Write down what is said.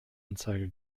anzeige